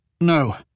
No